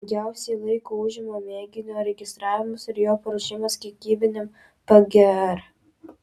daugiausiai laiko užima mėginio registravimas ir jo paruošimas kiekybiniam pgr